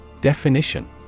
Definition